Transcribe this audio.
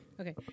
Okay